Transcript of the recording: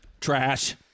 Trash